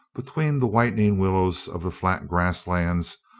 between the whitening willows of the flat grass lands,